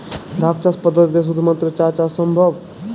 ধাপ চাষ পদ্ধতিতে শুধুমাত্র চা চাষ সম্ভব?